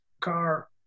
car